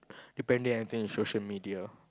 depending anything in social media